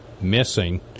missing